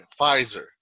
Pfizer